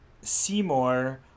Seymour